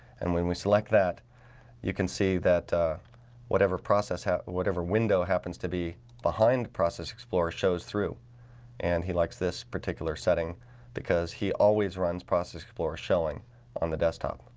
and when we select that you can see that whatever process hat whatever window happens to be behind process explorer shows through and he likes this particular setting because he always runs process people are showing on the desktop